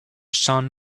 sun